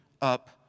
up